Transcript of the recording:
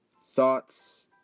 thoughts